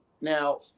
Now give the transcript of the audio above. now